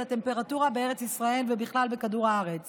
הטמפרטורה בארץ ישראל והטמפרטורה בכדור הארץ